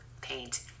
paint